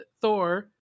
Thor